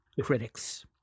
critics